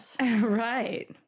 right